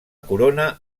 corona